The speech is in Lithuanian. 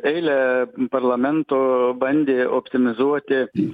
eilė parlamentų bandė optimizuoti